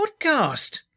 podcast